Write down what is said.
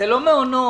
אלה לא מעונות.